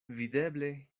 videble